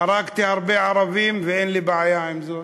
"הרגתי הרבה ערבים ואין לי בעיה עם זה"?